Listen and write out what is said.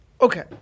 Okay